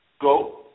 go